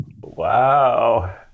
Wow